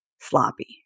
sloppy